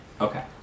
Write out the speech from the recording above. Okay